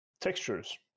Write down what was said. textures